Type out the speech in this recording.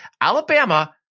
Alabama